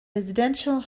residential